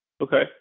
Okay